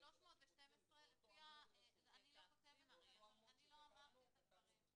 312 לפי ה ------ זה באותו עמוד רשום.